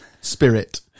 Spirit